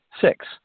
Six